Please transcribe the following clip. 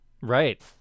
Right